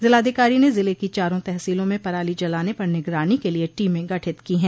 जिलाधिकारी ने जिले की चारों तहसीलों में पराली जलाने पर निगरानी के लिये टीमें गठित की है